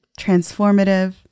transformative